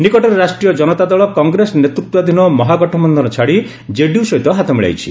ନିକଟରେ ରାଷ୍ଟ୍ରୀୟ ଜନତା ଦଳ କଂଗ୍ରେସ ନେତୂତାଧୀନ ମହାଗଠବବନ୍ଧନ ଛାଡି କେଡିୟୁ ସହିତ ହାତ ମିଳାଇଛି